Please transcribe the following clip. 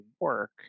work